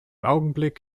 augenblick